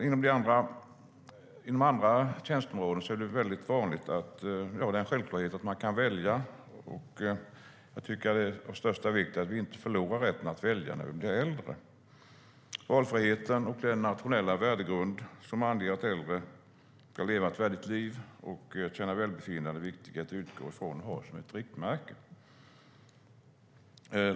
Inom andra tjänsteområden är det väldigt vanligt att man kan välja. Ja, det är en självklarhet. Jag tycker att det är av största vikt att vi inte förlorar rätten att välja när vi blir äldre. Valfriheten och den nationella värdegrund som anger att äldre ska leva ett värdigt liv och känna välbefinnande är viktig att utgå från och ha som riktmärke.